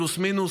פלוס-מינוס,